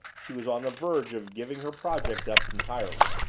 she was on the verge of giving her project up entirely.